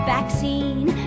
Vaccine